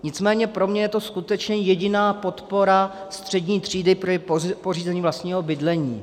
Nicméně pro mě je to skutečně jediná podpora střední třídy k pořízení vlastního bydlení.